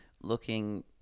looking